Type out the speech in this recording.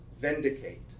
vindicate